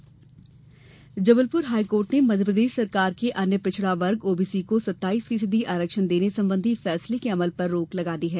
high court आरक्षण Jabalpur high court ने मध्यप्रदेश सरकार के अन्य पिछड़ा वर्ग ओबीसी को सत्ताइस फीसदी आरक्षण देने संबंधी फैसले के अमल पर रोक लगा दी है